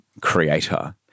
creator